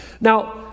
Now